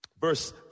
Verse